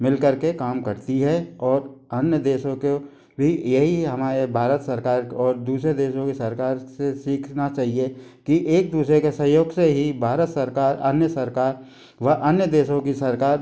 मिल करके काम करती है और अन्य देशों को भी यही हमारे भारत सरकार और दूसरे देशों के सरकार से सीखना चाहिए कि एक दूसरे के सहयोग से ही भारत सरकार अन्य सरकार व अन्य देशों की सरकार